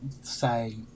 say